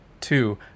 two